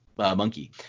Monkey